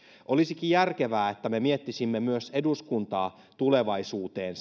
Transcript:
olisikin järkevää että me miettisimme myös eduskuntaa tulevaisuuteen